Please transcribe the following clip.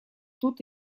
тут